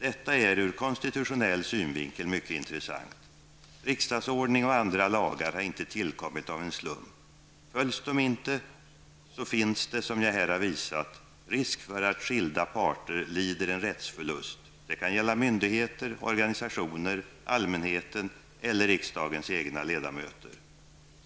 Detta är ur konstitutionell synvinkel mycket intressant. Riksdagsordning och andra lagar har inte tillkommit av en slump. Följs de inte finns, som jag här har visat, risk för att skilda parter lider en rättsförlust. Det kan gälla myndigheter, organisationer, allmänheten eller riksdagens egna ledamöter.